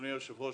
אדוני היושב-ראש,